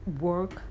work